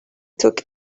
took